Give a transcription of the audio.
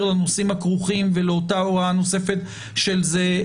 לנושאים הכרוכים ולאותה הוראה נוספת של זה.